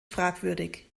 fragwürdig